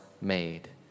made